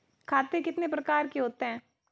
खाते कितने प्रकार के होते हैं?